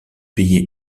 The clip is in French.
payer